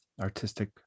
artistic